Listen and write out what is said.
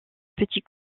petit